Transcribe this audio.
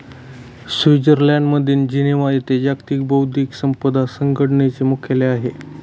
स्वित्झर्लंडमधील जिनेव्हा येथे जागतिक बौद्धिक संपदा संघटनेचे मुख्यालय आहे